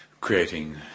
creating